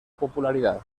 popularidad